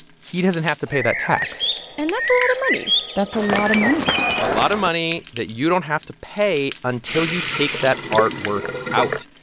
he doesn't have to pay that tax and that's a lot of money that's a lot of money a lot of money that you don't have to pay until you take that artwork out,